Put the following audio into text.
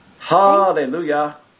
Hallelujah